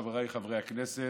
היושב-ראש, חבריי חברי הכנסת,